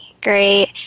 Great